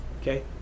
Okay